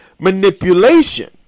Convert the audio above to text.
manipulation